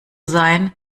sein